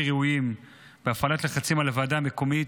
ראויים והפעלת לחצים על הוועדה המקומית,